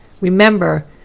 Remember